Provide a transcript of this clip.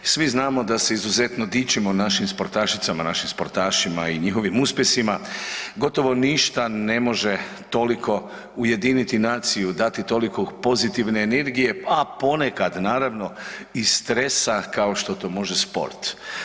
Svi znamo da se izuzetno našim sportašicama, našim sportašima i njihovim uspjesima, gotovo ništa ne može toliko ujediniti naciju, da ti toliko pozitivne energije a ponekad naravno i stresa kao što to može sport.